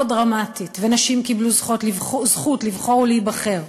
דרמטית ונשים קיבלו זכות לבחור ולהיבחר,